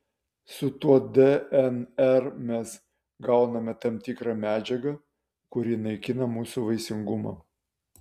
su tuo dnr mes gauname tam tikrą medžiagą kuri naikina mūsų vaisingumą